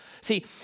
See